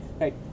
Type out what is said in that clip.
right